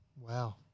wow